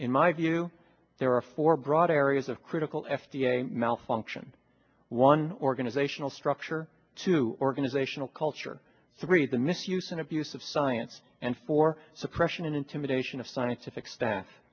in my view there are four broad areas of critical f d a malfunction one organizational structure two organizational culture three the misuse and abuse of science and for suppression and intimidation of scientific staff